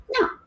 No